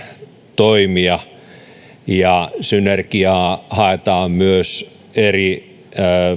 toimia synergiaa haetaan myös eri